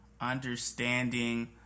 understanding